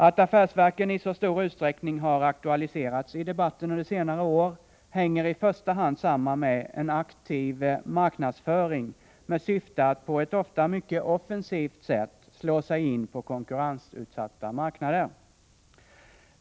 Att affärsverken i så stor utsträckning har aktualiserats i debatten under senare år hänger i första hand samman med en aktiv marknadsföring med syfte att, på ett ofta mycket offensivt sätt, slå sig in på konkurrensutsatta marknader.